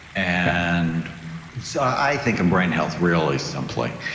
and so i think of brain health really simply.